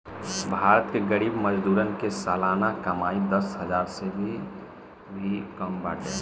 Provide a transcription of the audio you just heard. भारत के गरीब मजदूरन के सलाना कमाई दस हजार से भी कम बाटे